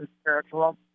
spiritual